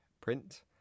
print